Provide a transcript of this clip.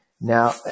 Now